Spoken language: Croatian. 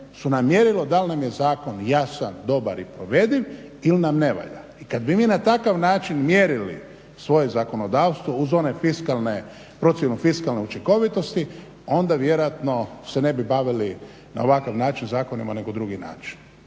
su nam mjerilo da li nam je zakon jasan, dobar i provediv ili nam ne valja. I kad bi mi na takav način mjerili svoje zakonodavstvo uz one fiskalne, procjenu fiskalne učinkovitosti onda vjerojatno se ne bi bavili na ovakav način zakonima nego na drugi način.